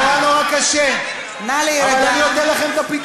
איילת נחמיאס ורבין, אני מבקשת.